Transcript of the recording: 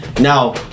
Now